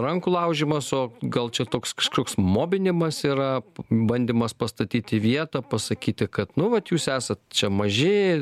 rankų laužymas o gal čia toks kažkoks mobinimas yra bandymas pastatyt į vietą pasakyti kad nu vat jūs esat čia maži